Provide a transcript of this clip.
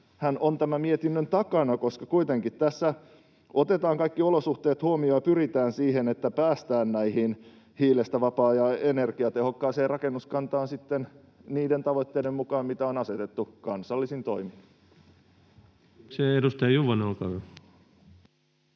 hän on tämän mietinnön takana, koska kuitenkin tässä otetaan kaikki olosuhteet huomioon ja pyritään siihen, että päästään hiilestä vapaaseen ja energiatehokkaaseen rakennuskantaan sitten niiden tavoitteiden mukaan, mitä on asetettu kansallisin toimin. [Speech 120] Speaker: Ensimmäinen